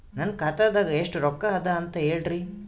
ನನ್ನ ಖಾತಾದಾಗ ಎಷ್ಟ ರೊಕ್ಕ ಅದ ಅಂತ ಹೇಳರಿ?